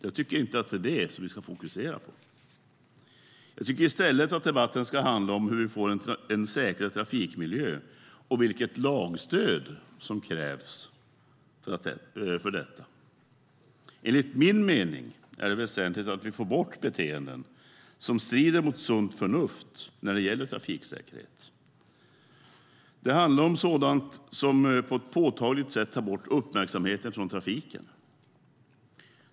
Jag tycker inte att det är det vi ska fokusera på. Jag tycker i stället att debatten ska handla om hur vi får en säkrare trafikmiljö och vilket lagstöd som krävs för detta. Enligt min mening är det väsentligt att vi får bort beteenden som strider mot sunt förnuft när det gäller trafiksäkerhet. Det handlar om sådant beteende som på ett påtagligt sätt tar bort uppmärksamheten från trafiken.